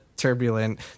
turbulent